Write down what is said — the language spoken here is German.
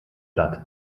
platt